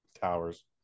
towers